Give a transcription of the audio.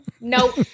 Nope